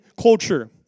culture